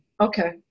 Okay